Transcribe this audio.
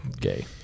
gay